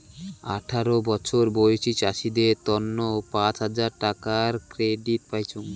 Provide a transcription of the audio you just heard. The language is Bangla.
আঠারো বছর বয়সী চাষীদের তন্ন পাঁচ হাজার টাকার ক্রেডিট পাইচুঙ